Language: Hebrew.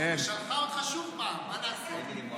אבל צריך להזכיר לחברי הכנסת שרק בשבוע שעבר אמרתי לסגן שרת החינוך,